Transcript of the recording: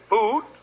Food